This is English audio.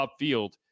upfield